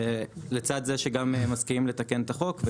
כשלצד זה גם מסכימים לתקן את החוק.